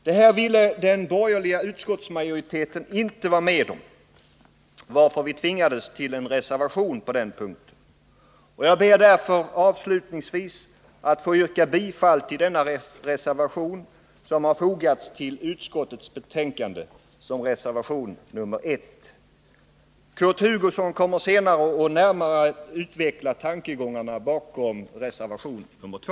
Men detta ville den borgerliga utskottsmajoriteten inte vara med om, varför vi tvingades till en reservation på den punkten. Jag ber därför avslutningsvis att få yrka bifall till denna reservation, som har fogats till utskottets betänkande som reservation nr 1. Kurt Hugosson kommer senare att närmare utveckla tankegångarna bakom reservation nr 2.